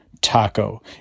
Taco